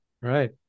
Right